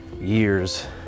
years